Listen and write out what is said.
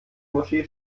moschee